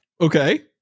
Okay